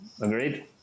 Agreed